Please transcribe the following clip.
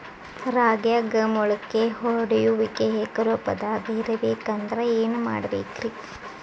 ರಾಗ್ಯಾಗ ಮೊಳಕೆ ಒಡೆಯುವಿಕೆ ಏಕರೂಪದಾಗ ಇರಬೇಕ ಅಂದ್ರ ಏನು ಮಾಡಬೇಕ್ರಿ?